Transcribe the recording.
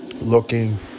Looking